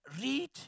read